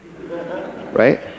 Right